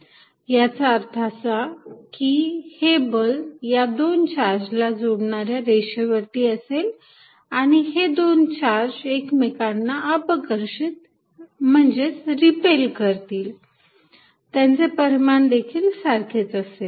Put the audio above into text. याचा अर्थ असा की हे बल या दोन चार्जला जोडणाऱ्या रेषेवरती असेल आणि हे दोन चार्ज एकमेकांना अपकर्शित करतील त्यांचे परिमान देखील सारखेच असेल